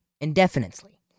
indefinitely